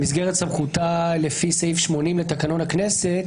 במסגרת סמכותה לפי סעיף 80 לתקנון הכנסת